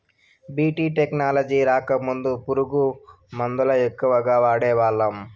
BT technology రాకముందు పురుగు మందుల ఎక్కువగా వాడేవాళ్ళం